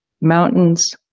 mountains